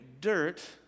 dirt